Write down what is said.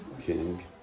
King